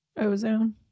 Ozone